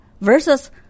versus